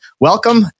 Welcome